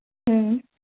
ᱦᱩᱸ